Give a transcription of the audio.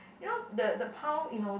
you know the the pau you know